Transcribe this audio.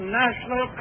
national